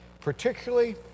particularly